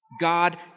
God